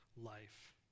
life